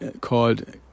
called